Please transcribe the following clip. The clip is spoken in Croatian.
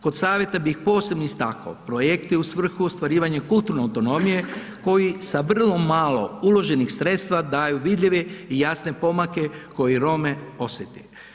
Kod savjeta bih posebno istaknuo projekte u svrhu ostvarivanja kulturne autonomije koji sa vrlo malo uloženih sredstva daju vidljive i jasne pomake koje Romi osjete.